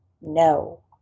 No